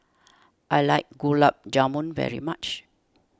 I like Gulab Jamun very much